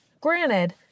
Granted